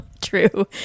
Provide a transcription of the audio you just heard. True